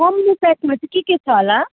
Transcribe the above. अमिलो ससमा चाहिँ के के छ होला